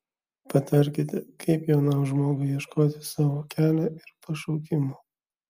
patarkite kaip jaunam žmogui ieškoti savo kelio ir pašaukimo